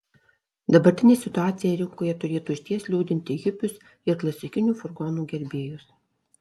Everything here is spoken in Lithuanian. dabartinė situacija rinkoje turėtų išties liūdinti hipius ir klasikinių furgonų gerbėjus